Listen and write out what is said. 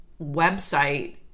website